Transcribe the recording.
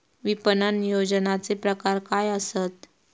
विपणन नियोजनाचे प्रकार काय आसत?